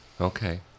Okay